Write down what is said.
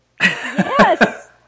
Yes